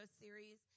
series